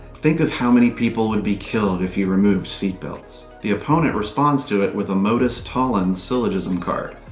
think of how many people would be killed if you removed seatbelts! the opponent responds to it with a modus tollens syllogism card.